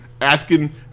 asking